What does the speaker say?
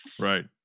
right